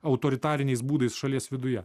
autoritariniais būdais šalies viduje